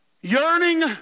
yearning